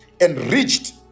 Enriched